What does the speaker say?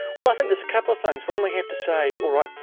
well i think there's a couple of things. one, we have to say, all right,